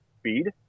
speed